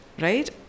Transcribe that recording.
right